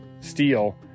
steel